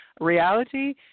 reality